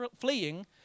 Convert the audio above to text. fleeing